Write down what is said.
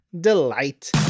delight